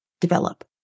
develop